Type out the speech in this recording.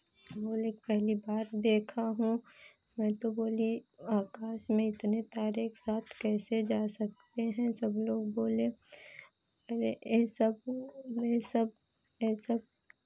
बोले पहली बार देखा हूँ मैं तो बोली आकाश में इतने तारे एक साथ कैसे जा सकते हैं सब लोग बोले अरे ये सब ये सब ये सब